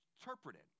interpreted